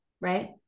Right